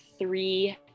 three